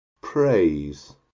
praise